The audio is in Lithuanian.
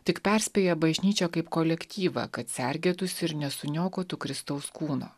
tik perspėja bažnyčią kaip kolektyvą kad sergėtųsi ir nesuniokotų kristaus kūno